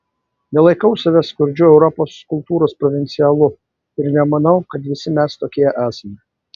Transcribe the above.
nelaikau savęs skurdžiu europos kultūros provincialu ir nemanau kad visi mes tokie esame